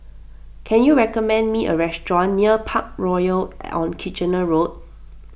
can you recommend me a restaurant near Parkroyal on Kitchener Road